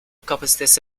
kapasitesi